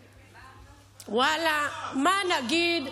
ואללה, מה נגיד?